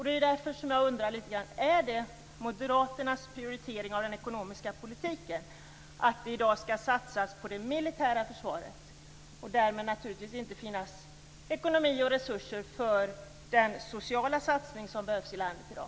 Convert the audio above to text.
Det är därför jag undrar: Är det Moderaternas prioritering inom den ekonomiska politiken att det i dag skall satsas på det militära försvaret och därmed naturligtvis inte finnas ekonomi och resurser för den sociala satsning som behövs i landet i dag?